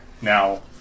now